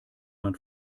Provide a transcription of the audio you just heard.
man